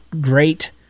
great